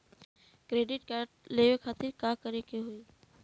Credit card लेवे खातिर का करे के होई?